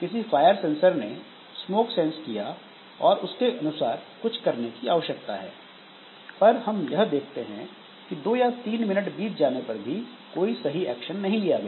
किसी fire sensor ने smoke sense किया और उसके अनुसार कुछ करने की आवश्यकता है पर हम यह देखते हैं कि 2 या 3 मिनट बीत जाने पर भी कोई सही एक्शन नहीं लिया गया